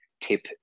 Tip